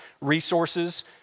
resources